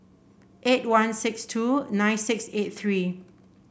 eight one six two nine six eight three